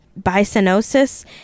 bisonosis